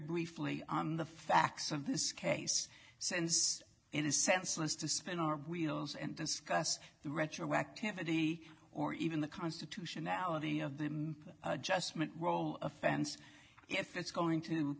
briefly on the facts of this case since it is senseless to spin our wheels and discuss the retroactivity or even the constitutionality of the adjustment role of fence if it's going to